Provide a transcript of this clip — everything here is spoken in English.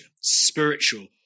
spiritual